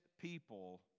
people